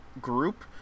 group